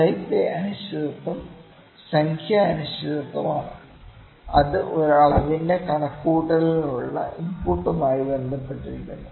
type A അനിശ്ചിതത്വം സംഖ്യാ അനിശ്ചിതത്വമാണ് അത് ഒരു അളവിന്റെ കണക്കുകൂട്ടലിനുള്ള ഇൻപുട്ടുമായി ബന്ധപ്പെട്ടിരിക്കുന്നു